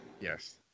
Yes